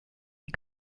die